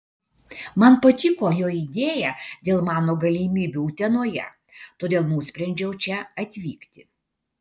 man patiko jo idėja dėl mano galimybių utenoje todėl nusprendžiau čia atvykti